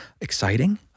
exciting